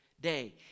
day